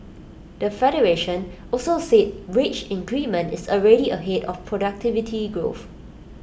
the federation also said wage increment is already ahead of productivity growth